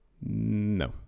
No